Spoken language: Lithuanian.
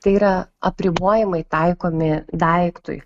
tai yra apribojimai taikomi daiktui